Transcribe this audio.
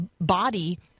body